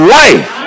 life